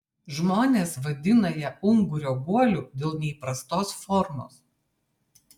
žmonės vadina ją ungurio guoliu dėl neįprastos formos